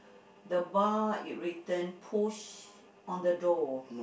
the bar it written push on the door